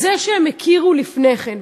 זה שהם הכירו לפני כן,